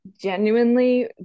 genuinely